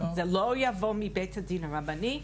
זה לא יבוא מבית הדין הרבני,